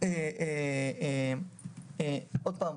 עוד פעם,